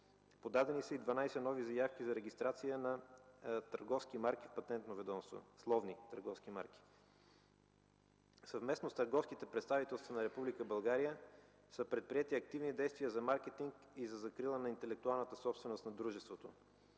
Подадени са и 12 нови заявки за регистрация на словни търговски марки в Патентно ведомство. Съвместно с търговските представителства на Република България са предприети активни действия за маркетинг и за закрила на интелектуалната собственост на дружеството.